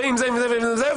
ועם זה ועם זה ועם זה,